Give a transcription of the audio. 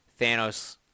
Thanos